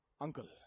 uncle